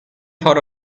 for